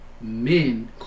men